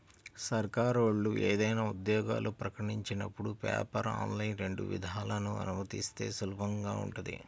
సర్కారోళ్ళు ఏదైనా ఉద్యోగాలు ప్రకటించినపుడు పేపర్, ఆన్లైన్ రెండు విధానాలనూ అనుమతిస్తే సులభంగా ఉంటది